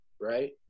right